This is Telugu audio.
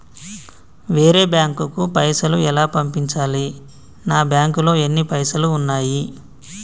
వేరే బ్యాంకుకు పైసలు ఎలా పంపించాలి? నా బ్యాంకులో ఎన్ని పైసలు ఉన్నాయి?